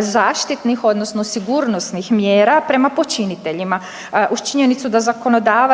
zaštitnih odnosno sigurnosnih mjera prema počiniteljima. Međutim, usprkos